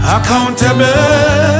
Accountable